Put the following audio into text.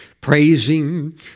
praising